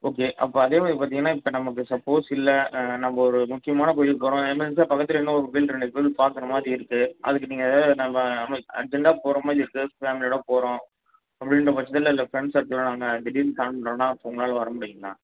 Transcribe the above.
okay அப்போ அதேமாதிரி பார்த்திங்கனா இப்போ நமக்கு சப்போஸ் இல்லை நம்ம ஒரு முக்கியமான கோவிலுக்கு போகிறோம் அதே மாரி இருந்துச்னா பக்கத்தில் இன்னும் ஒரு ரெண்டு கோயில் பாக்கிற மாதிரி இருக்கு அதுக்கு ஏதாவது நீங்கள் நம்ம அர்ஜெண்ட்டாக போகிற மாதிரி இருக்கு ஃபேமிலியோடு போகிறோம் அப்படின்ற பட்சத்தில் இந்த ஃப்ரெண்ட் சர்க்கிள்லாம் அவங்க திடீர்னு பிளான் பண்றோம்னா உங்களால் வர முடியுங்களா